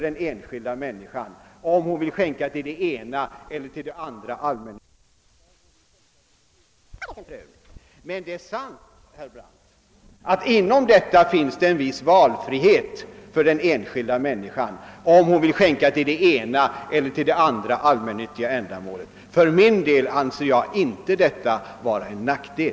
Det är sant, herr Brandt, att inom detta finns en viss valmöjlighet för den enskilda människan om hon vill skänka till det ena eller andra allmännyttiga ändamålet. För min del anser jag inte detta vara någon nackdel.